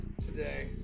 today